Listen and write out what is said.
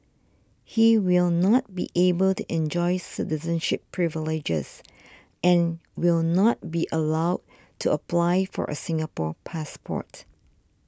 he will not be able to enjoy citizenship privileges and will not be allowed to apply for a Singapore passport